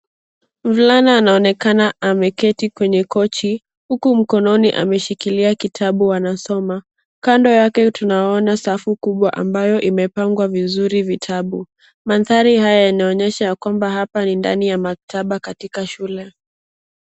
Mvulana anaonekana ameketi kwenye kochi uku mkononi ameshikilia kitabu anasoma. Kando yake tunaona safu kubwa ambayo imepangwa vizuri vitabu. Mandhari haya yanaonyesha ya kwamba hapa ni ndani ya maktaba katika shule.